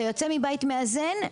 אתה יוצא מבית מאזן,